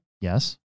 yes